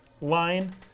line